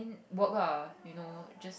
work ah you know just